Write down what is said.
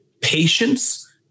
patience